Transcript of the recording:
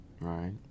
right